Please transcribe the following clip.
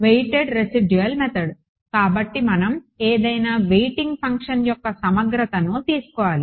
weighted residual method కాబట్టి మనం ఏదైనా వెయిటింగ్ ఫంక్షన్ యొక్క సమగ్రతను తీసుకోవాలి